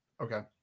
okay